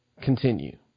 continue